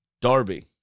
Darby